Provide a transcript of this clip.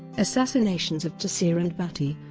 assassinations of taseer and bhatti